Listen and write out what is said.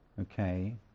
Okay